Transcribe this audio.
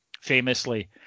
famously